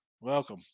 Welcome